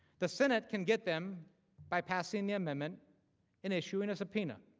the senate can get them by passing the amendment and issuing a subpoena.